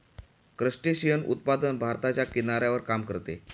crustacean उत्पादन भारताच्या किनाऱ्यावर काम करते